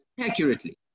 accurately